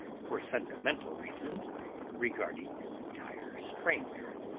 for sentimental reasons regarding an entire stranger.